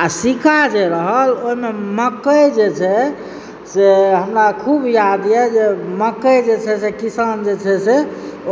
आ सिक्का जे रहल ओहिमे मक्कई जे छै से हमरा खूब याद यऽ जे मक्कई जे छै से किसान जे छै से